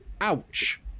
Ouch